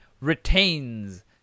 retains